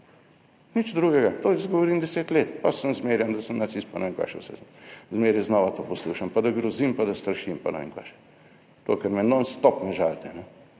nič drugega. To jaz govorim deset let, pa sem zmerjan, da sem nacist, pa ne vem kaj še vse. Zmeraj znova to poslušam, pa da grozim, pa da strašim, pa ne vem kaj še. To ker me, non stop ne žalite,